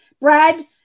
brad